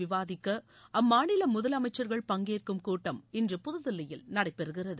விவாதிக்க அம்மாநில முதலமைச்சர்கள் பங்கேற்கும் கூட்டம் இன்று புதுதில்லியில் நடைபெறுகிறது